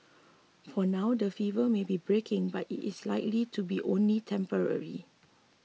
for now that fever may be breaking but it is likely to be only temporary